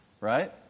right